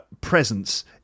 presence